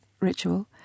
ritual